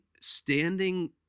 standing